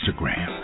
Instagram